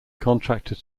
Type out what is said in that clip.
contracted